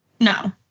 No